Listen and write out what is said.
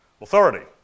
Authority